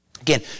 Again